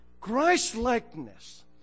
Christ-likeness